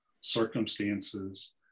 circumstances